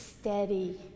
steady